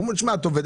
אומרים לה: את עובדת,